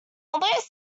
although